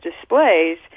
displays